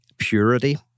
purity